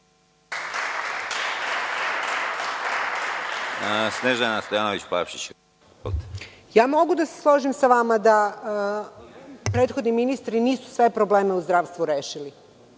**Snežana Stojanović-Plavšić** Ja mogu da se složim sa vama da prethodni ministri nisu sve probleme u zdravstvu rešili.